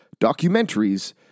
documentaries